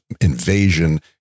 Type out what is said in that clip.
invasion